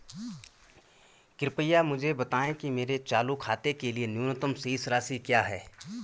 कृपया मुझे बताएं कि मेरे चालू खाते के लिए न्यूनतम शेष राशि क्या है?